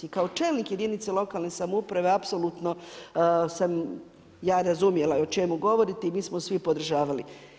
I kao čelnik jedinice lokalne samouprave apsolutno sam ja razumjela o čemu govorite i mi smo svi podržavali.